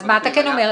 אז מה אתה כן אומר?